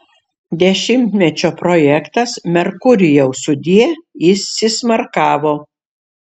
dešimtmečio projektas merkurijau sudie įsismarkavo